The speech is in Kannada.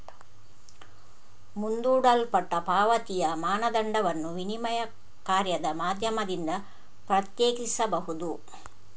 ಮುಂದೂಡಲ್ಪಟ್ಟ ಪಾವತಿಯ ಮಾನದಂಡವನ್ನು ವಿನಿಮಯ ಕಾರ್ಯದ ಮಾಧ್ಯಮದಿಂದ ಪ್ರತ್ಯೇಕಿಸಬಹುದು